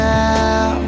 now